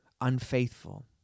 unfaithful